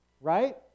Right